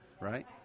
Right